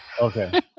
Okay